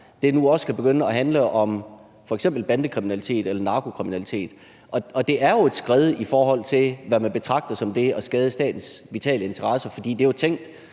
nu også kan begynde at handle om f.eks. bandekriminalitet eller narkokriminalitet. Og det er jo et skred i forhold til, hvad man betragter som at skade statens vitale interesser. For det er jo tænkt